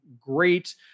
great